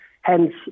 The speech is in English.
Hence